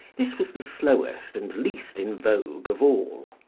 this was the slowest and least in vogue of all.